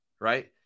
right